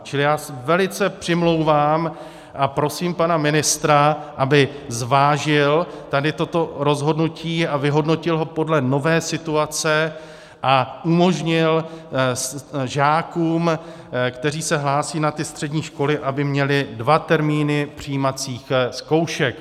Čili já se velice přimlouvám a prosím pana ministra, aby zvážil toto rozhodnutí a vyhodnotil ho podle nové situace a umožnil žákům, kteří se hlásí na ty střední školy, aby měli dva termíny přijímacích zkoušek.